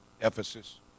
Ephesus